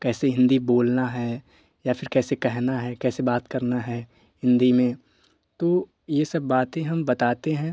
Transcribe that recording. कैसे हिंदी बोलना हैं या फ़िर कैसे कहना है कैसे बात करना है हिंदी में तो यह सब बातें हम बताते हैं